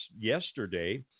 yesterday